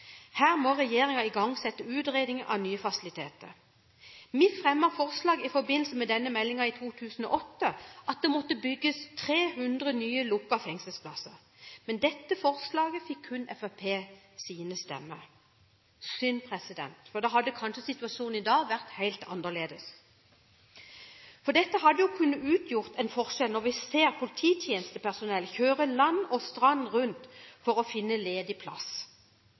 Her må regjeringen igangsette utredning av nye fasiliteter. Vi fremmet i forbindelse med denne meldingen i 2008 forslag om at det måtte bygges 300 nye lukkede fengselsplasser. Men dette forslaget fikk kun Fremskrittspartiets stemmer – synd, for ellers hadde kanskje situasjonen i dag vært helt annerledes. Dette hadde kunnet gjøre en forskjell, for nå ser vi polititjenestepersonell kjøre land og strand rundt for å finne ledig plass.